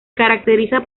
caracteriza